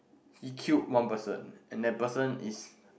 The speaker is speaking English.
he killed one person and that person is